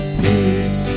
peace